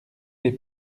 lès